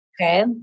Okay